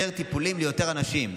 יותר טיפולים ליותר אנשים.